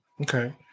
Okay